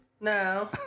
No